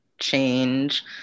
change